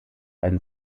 einen